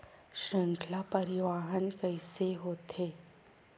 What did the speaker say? श्रृंखला परिवाहन कइसे होथे?